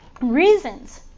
reasons